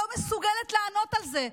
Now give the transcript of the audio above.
לא מסוגלת לענות על זה.